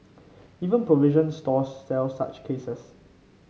even provision stores sell such cases